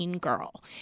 girl